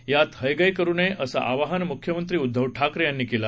यात हयगय करू नये असं आवाहन मुख्यमंत्री उद्धव ठाकरे यांनी केलं